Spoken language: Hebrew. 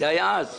זה היה אז